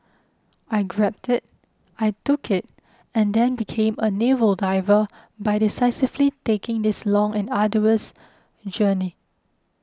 I grabbed it I took it and then became a naval diver by decisively taking this long and arduous journey